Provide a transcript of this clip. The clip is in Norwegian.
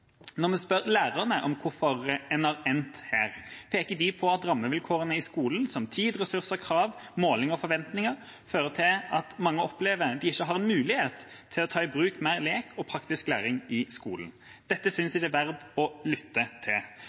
Når vi spør lærerne om hvorfor en har endt her, peker de på at rammevilkårene i skolen – som tid, ressurser, krav, målinger og forventninger – fører til at mange opplever at ikke de har en mulighet til å ta i bruk mer lek og praktisk læring i skolen. Dette synes jeg det er verdt å lytte til,